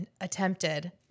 attempted